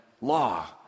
law